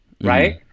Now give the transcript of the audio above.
right